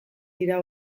dira